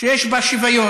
שיש בה שוויון,